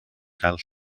gael